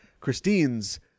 Christine's